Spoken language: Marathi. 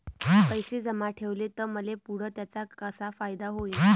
पैसे जमा ठेवले त मले पुढं त्याचा कसा फायदा होईन?